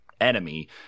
enemy